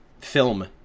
film